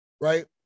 right